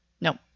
No